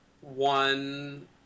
one